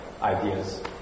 ideas